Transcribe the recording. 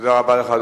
תודה רבה לך,